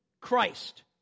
Christ